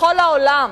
בכל העולם